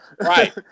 right